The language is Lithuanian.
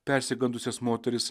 persigandusias moteris